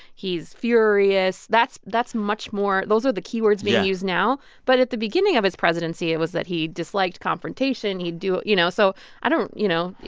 he's furious. that's that's much more those are the key words being used now. but at the beginning of his presidency, it was that he disliked confrontation. he'd do you know, so i don't you know,